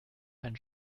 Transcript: einen